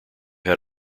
had